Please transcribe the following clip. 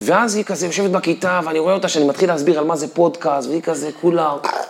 ואז היא כזה יושבת בכיתה ואני רואה אותה שאני מתחיל להסביר על מה זה פודקאסט, והיא כזה כולה...